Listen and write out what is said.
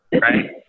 right